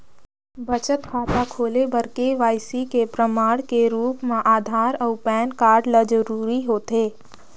बचत खाता खोले बर के.वाइ.सी के प्रमाण के रूप म आधार अऊ पैन कार्ड ल जरूरी होथे